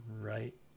Right